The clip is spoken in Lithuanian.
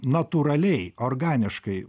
natūraliai organiškai